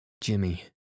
Jimmy